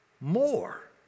more